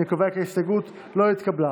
אני קובע כי ההסתייגות לא התקבלה.